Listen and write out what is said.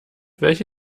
welche